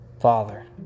Father